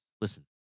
Listen